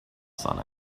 sun